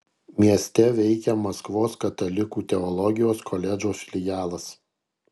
mieste veikia maskvos katalikų teologijos koledžo filialas